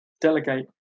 Delegate